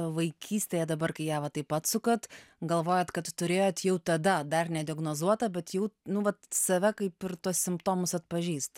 vaikystėje dabar kai ją va taip pat atsukat galvojat kad turėjot jau tada dar nediagnozuotą bet jau nu vat save kaip ir tuos simptomus atpažįsta